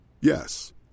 Yes